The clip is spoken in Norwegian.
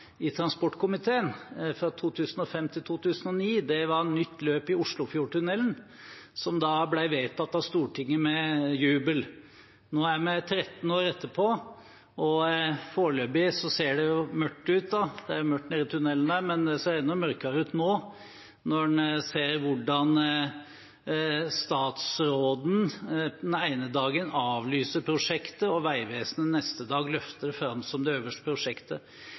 i transportkomiteen, fra 2005 til 2009, var nytt løp i Oslofjordtunnelen, som da ble vedtatt av Stortinget, med jubel. Nå er det gått 13 år, og foreløpig ser det mørkt ut. Det er mørkt nede i tunnelen, men det ser enda mørkere ut nå, når en ser hvordan statsråden den ene dagen avlyser prosjektet og Vegvesenet neste dag løfter det fram som det øverste prosjektet.